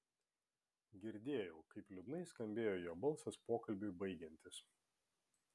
girdėjau kaip liūdnai skambėjo jo balsas pokalbiui baigiantis